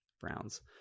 Browns